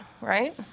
right